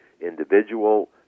individual